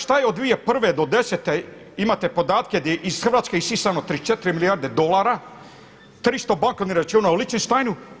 Šta je od 2001. do desete imate podatke gdje je iz Hrvatske isisano 34 milijarde dolara, 300 bankovnih računa u Liechtensteinu.